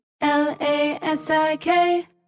L-A-S-I-K